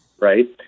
right